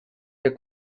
the